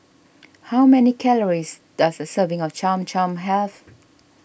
how many calories does a serving of Cham Cham have